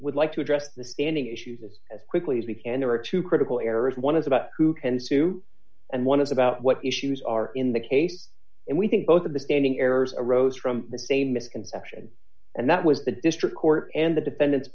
would like to address the standing issues as quickly as we enter a two critical errors one is about who can sue and one is about what issues are in the case and we think both of the standing errors arose from the same misconception and that was the district court and the defendant